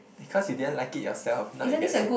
because you didn't like it yourself not you get